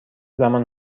زمان